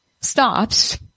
stops